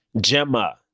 Gemma